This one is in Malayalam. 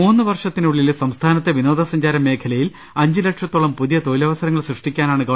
മൂന്നുവർഷത്തിനുളളിൽ സംസ്ഥാനത്തെ വിനോദസഞ്ചാരമേഖ ലയിൽ അഞ്ചു ലക്ഷത്തോളം പുതിയ തൊഴിലവസരങ്ങൾ സൃഷ്ടി ക്കാനാണ് ഗവ